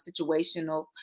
situational